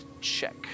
check